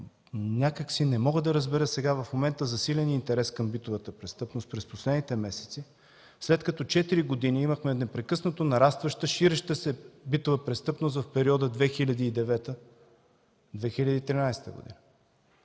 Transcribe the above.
Някак си не мога да разбера в момента засиления интерес към битовата престъпност през последните месеци, след като четири години имахме непрекъснато нарастваща, ширеща се битова престъпност в периода 2009-2013 г.